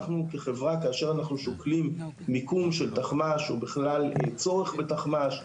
אנחנו כחברה כאשר אנחנו שוקלים מיקום של תחמ"ש או בכלל צורך בתחמ"ש,